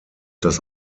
das